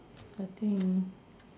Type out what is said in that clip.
I think